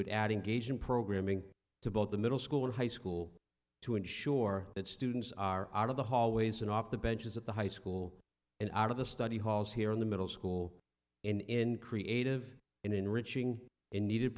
would add engagement programming to both the middle school and high school to ensure that students are out of the hallways and off the benches at the high school and out of the study halls here in the middle school in creative and enriching in needed